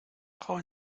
frau